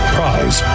Prize